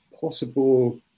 possible